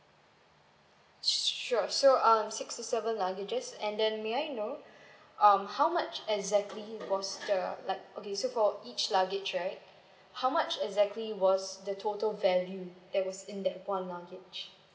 s~ sure so um six to seven luggages and then may I know um how much exactly was the lugg~ okay so for each luggage right how much exactly was the total value that was in that one luggage